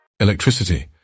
Electricity